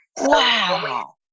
Wow